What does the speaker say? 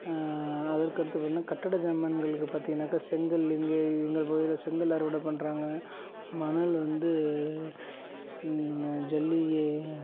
அதற்கடுத்து பார்த்தீங்கன்னா கட்டிட ஜாமான்களுக்கு பார்த்தீங்கன்னாக்கா செங்கல் இங்கு எங்கள் பகுதியில் செங்கல் அறுவடை பண்ணுறாங்க மணல் வந்து ஜல்லியை